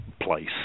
place